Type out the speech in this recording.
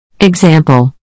Example